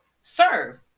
serve